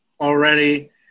already